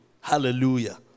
Hallelujah